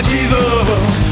Jesus